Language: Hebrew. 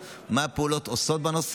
בשביל לתת לי עדכון מה הפעולות שנעשות בנושא,